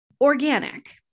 organic